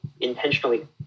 intentionally